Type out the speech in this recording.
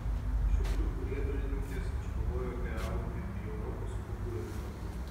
šiaulių riedulininkės iškovojo kelialapį į europos klubų elito grupę